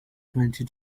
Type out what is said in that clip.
twenty